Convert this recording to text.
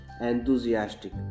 enthusiastic